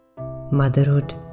Motherhood